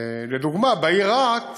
לדוגמה, בעיר רהט